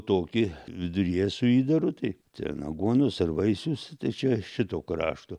tokį viduryje su įdaru tai ten aguonos ar vaisius tai čia šito krašto